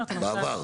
בעבר?